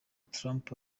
trump